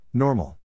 Normal